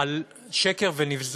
על שקר ונבזות,